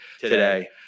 today